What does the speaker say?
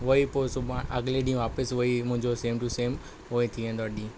वरी पोइ सुभाणे अॻिले ॾीहुं वापसि उहो ई मुंहिंजो सेम टु सेम उहो ई थी वेंदो आहे ॾींहुं